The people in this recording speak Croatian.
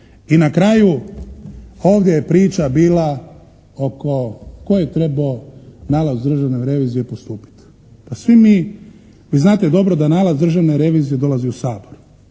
I na kraju, ovdje je priča bila oko tko je trebao nalaz Državne revizije postupiti. Svi mi, vi znate dobro da nalaz Državne revizije dolazi u Sabor.